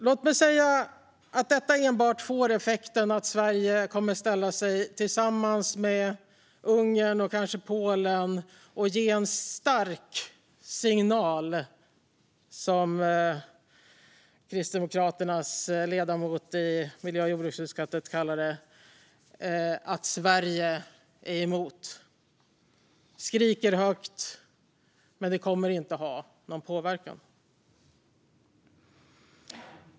Låt mig säga att detta enbart får effekten att Sverige kommer att ställa sig tillsammans med Ungern och kanske Polen och ge en stark signal. Det är något som Kristdemokraternas ledamot i miljö och jordbruksutskottet kallade att Sverige är emot och skriker högt, men det kommer inte att ha någon påverkan.